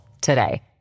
today